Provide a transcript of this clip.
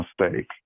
mistake